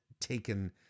taken